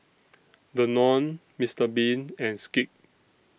Danone Mister Bean and Schick